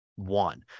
one